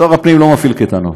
שר הפנים לא מפעיל קייטנות.